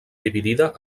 dividida